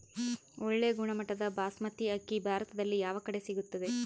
ಒಳ್ಳೆ ಗುಣಮಟ್ಟದ ಬಾಸ್ಮತಿ ಅಕ್ಕಿ ಭಾರತದಲ್ಲಿ ಯಾವ ಕಡೆ ಸಿಗುತ್ತದೆ?